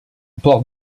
port